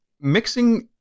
mixing